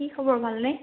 কি খবৰ ভালনে